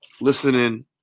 listening